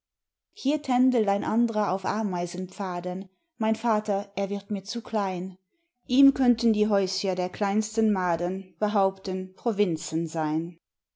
hier tändelt ein anderer auf ameisenpfaden mein vater er wird mir zu klein ihm könnten die häuscher der kleinsten maden behaupten provinzen syn